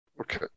Okay